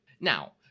Now